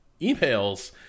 emails